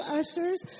ushers